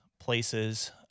places